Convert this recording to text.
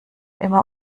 immer